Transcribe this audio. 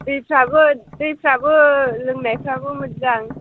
दैफ्राबो दैफ्राबो लोंनायफ्राबो मोजां